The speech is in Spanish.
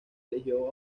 eligió